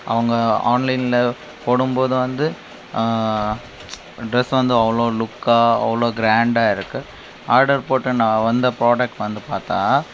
அவங்க ஆன்லைனில் போடும்போது வந்து ட்ரெஸ் வந்து அவ்வளோ லுக்காக அவ்வளோ கிராண்டாக இருக்குது ஆர்டர் போட்டு நான் வந்த ப்ராடக்ட் வந்து பார்த்தா